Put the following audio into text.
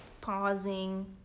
pausing